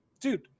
Dude